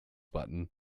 button